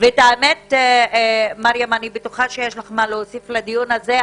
ואני בטוחה שיש לך מה להוסיף לדיון הזה,